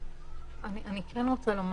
אני כן רוצה לומר,